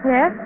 Yes